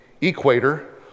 equator